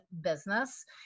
business